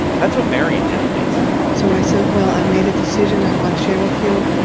that's what marian did, at least so i said, well, i've made a decision i want to share with you,